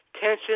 Tension